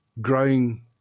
growing